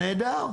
נהדר,